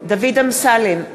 דוד אמסלם,